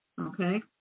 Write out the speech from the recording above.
okay